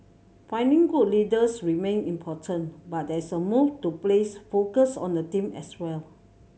finding good leaders remain important but there is a move to place focus on the team as well